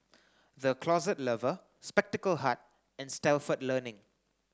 the Closet Lover Spectacle Hut and Stalford Learning